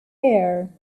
air